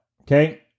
Okay